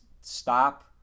stop